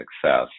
success